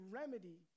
remedy